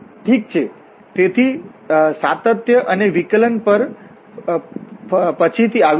ઠીક છે તેથી સાતત્ય અને વિકલન પર પછીથી આવીશું